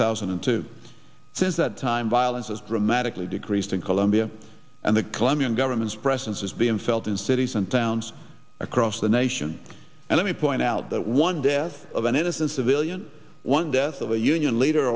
thousand and two since that time violence has dramatically decreased in colombia and the colombian government spread since it's been felt in cities and towns across the nation and let me point out that one death of an innocent civilian one death of a union leader